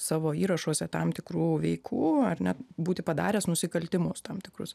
savo įrašuose tam tikrų veikų ar ne būti padaręs nusikaltimus tam tikrus